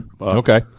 Okay